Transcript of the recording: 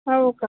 हो का